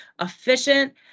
efficient